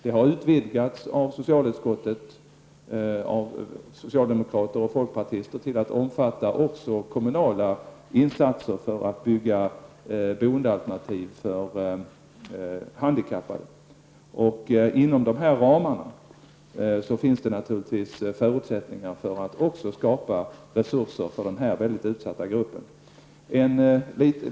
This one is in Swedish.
Det har utvidgats av socialutskottet, av socialdemokrater och folkpartister, till att också omfatta kommunala insatser för att bygga boendealternativ för handikappade. Inom dessa ramar finns det naturligtvis förutsättningar för att också skapa resurser för denna mycket utsatta grupp.